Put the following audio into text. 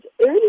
early